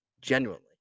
Genuinely